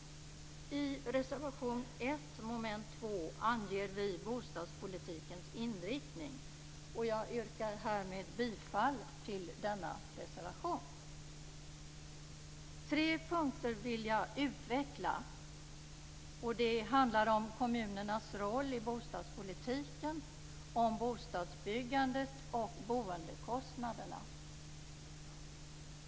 I reservation 1 under mom. 2 anger vi bostadspolitikens inriktning, och jag yrkar härmed bifall till denna reservation. Jag vill utveckla tre punkter. De handlar om kommunernas roll i bostadspolitiken, om bostadsbyggandet och boendekostnaderna.